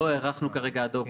לא הארכנו כרגע עד אוגוסט,